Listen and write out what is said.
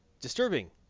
disturbing